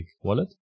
wallet